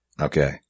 Okay